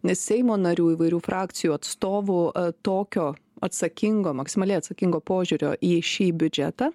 nes seimo narių įvairių frakcijų atstovų tokio atsakingo maksimaliai atsakingo požiūrio į šį biudžetą